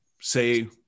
say